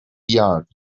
yards